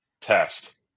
test